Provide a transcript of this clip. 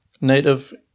native